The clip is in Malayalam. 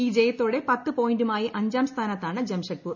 ഈ ജയത്തോടെ പത്തു പോയിന്റുമായി അഞ്ചാം സ്ഥാനത്താണ് ജംഷഡ്പുർ